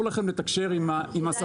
אסור לכם לתקשר עם הספק.